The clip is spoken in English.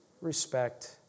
respect